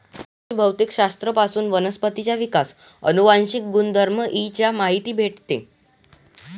कृषी भौतिक शास्त्र पासून वनस्पतींचा विकास, अनुवांशिक गुणधर्म इ चा माहिती भेटते